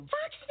Fox